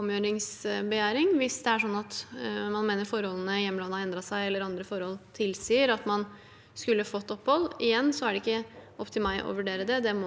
omgjøringsanmodning hvis man mener forholdene i hjemlandet har endret seg, eller andre forhold tilsier at man skulle ha fått opphold. Igjen er det ikke opp til meg å vurdere det.